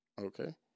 Okay